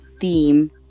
theme